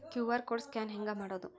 QR code scan ಹೆಂಗ್ ಮಾಡೋದು?